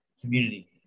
community